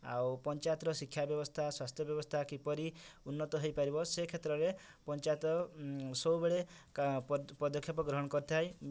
ଆଉ ପଞ୍ଚାୟତର ଶିକ୍ଷା ବ୍ୟବସ୍ଥା ସ୍ୱାସ୍ଥ୍ୟ ବ୍ୟବସ୍ଥା କିପରି ଉନ୍ନତ ହେଇପାରିବ ସେ କ୍ଷେତ୍ରରେ ପଞ୍ଚାୟତ ସବୁବେଳେ କା ପଦକ୍ଷେପ ଗ୍ରହଣ କରିଥାଏ